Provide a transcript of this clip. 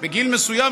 בגיל מסוים,